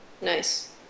Nice